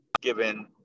given